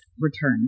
return